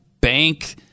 bank